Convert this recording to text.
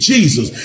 Jesus